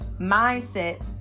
mindset